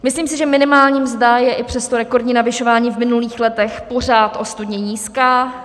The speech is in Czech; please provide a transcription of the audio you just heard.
Myslím si, že minimální mzda je i přes to rekordní navyšování v minulých letech pořád ostudně nízká.